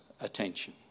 attention